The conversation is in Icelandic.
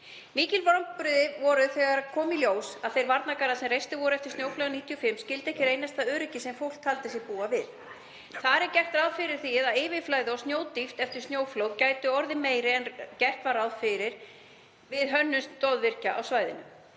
mikil vonbrigði þegar í ljós kom að þeir varnargarðar sem reistir voru eftir snjóflóðin árið 1995 skyldu ekki reynast það öryggi sem fólk taldi sig búa við. Þar er gert ráð fyrir því að yfirflæðið og snjódýptin eftir snjóflóð gætu orðið meiri en gert var ráð fyrir við hönnun stoðvirkja á svæðinu.